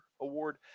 Award